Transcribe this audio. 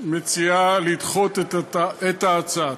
מציעה לדחות את ההצעה.